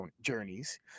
journeys